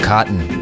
Cotton